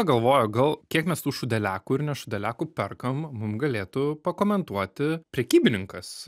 galvoju gal kiek mes tu šūdeliakų ir ne šūdeliakų perkam mum galėtų pakomentuoti prekybininkas